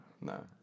no